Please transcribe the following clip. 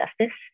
justice